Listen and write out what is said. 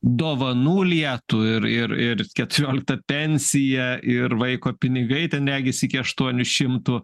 dovanų lietų ir ir ir keturiolikta pensija ir vaiko pinigai ten regis iki aštuonių šimtų